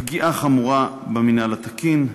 פגיעה חמורה במינהל התקין,